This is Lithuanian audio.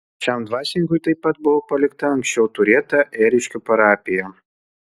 šiam dvasininkui taip pat buvo palikta anksčiau turėta ėriškių parapija